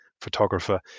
photographer